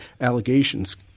allegations